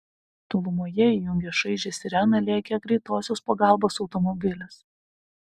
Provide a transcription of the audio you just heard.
tolumoje įjungęs šaižią sireną lėkė greitosios pagalbos automobilis